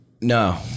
No